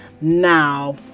Now